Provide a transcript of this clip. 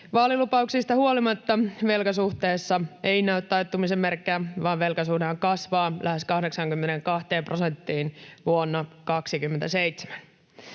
Vaalilupauksista huolimatta velkasuhteessa ei näy taittumisen merkkejä, vaan velkasuhdehan kasvaa lähes 82 prosenttiin vuonna 27.